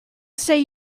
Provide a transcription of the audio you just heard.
say